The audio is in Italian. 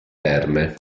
terme